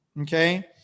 Okay